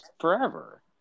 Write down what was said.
forever